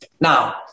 Now